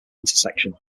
intersection